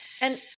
And-